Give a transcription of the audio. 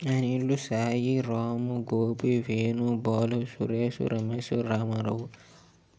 Narendra Sai Ramu Gopi Venu Balu Suresh Ramesh Ramarao